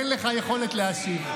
אין לך יכולת להשיב.